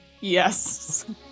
Yes